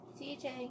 CJ